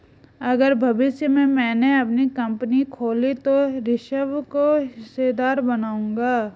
अगर भविष्य में मैने अपनी कंपनी खोली तो ऋषभ को हिस्सेदार बनाऊंगा